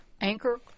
Anchor